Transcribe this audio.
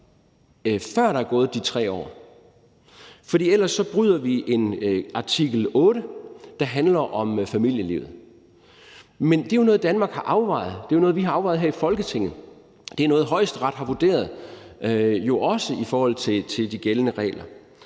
før der er gået de 3 år, for ellers bryder vi en artikel 8, der handler om familielivet. Men det er jo noget, Danmark har afvejet. Det er noget, vi har afvejet her i Folketinget, det er noget, Højesteret har vurderet, jo også i forhold til de gældende regler,